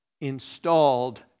installed